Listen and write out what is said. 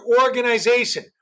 organization